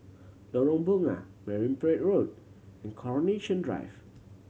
Lorong Bunga Marine Parade Road and Coronation Drive